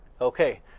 Okay